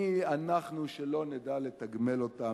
מי אנחנו שלא נדע לתגמל אותם?